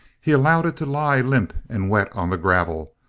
he allowed it to lie limp and wet on the gravel,